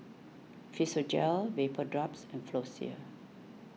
Physiogel Vapodrops and Floxia